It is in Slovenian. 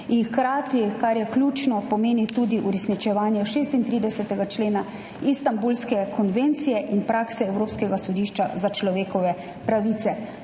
Hkrati, kar je ključno, pomeni tudi uresničevanje 36. člena Istanbulske konvencije in prakse Evropskega sodišča za človekove pravice.